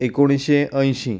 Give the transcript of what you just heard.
एकुणशे अंयशी